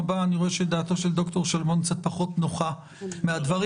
רואה שדעתו של ד"ר שלמון קצת פחות נוחה מן הדברים.